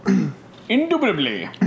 Indubitably